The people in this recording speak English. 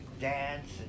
dance